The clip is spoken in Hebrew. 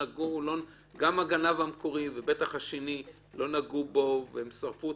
גם הגנב המקורי ובטח השני לא נגעו בו והם שרפו